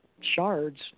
shards